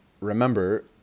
remember